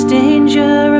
danger